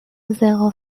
zéro